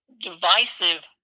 divisive